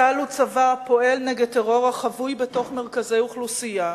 צה"ל הוא צבא הפועל נגד טרור החבוי בתוך מרכזי אוכלוסייה.